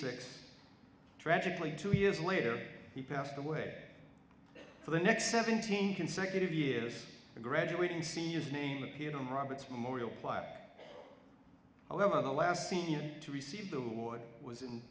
six tragically two years later he passed away for the next seventeen consecutive years of graduating seniors name appeared in robert's memorial park however the last scene to receive the award was in